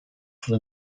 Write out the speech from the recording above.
for